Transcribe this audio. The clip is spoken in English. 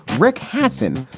rick hasen,